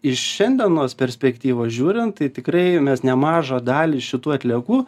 iš šiandienos perspektyvos žiūrint tai tikrai mes nemažą dalį šitų atliekų